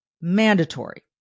Mandatory